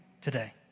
today